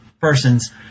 persons